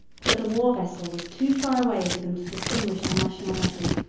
but the war-vessel was too far away for them to distinguish her nationality,